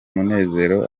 munezero